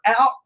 out